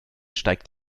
steigt